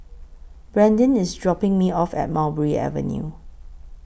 Brandin IS dropping Me off At Mulberry Avenue